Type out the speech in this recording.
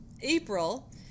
april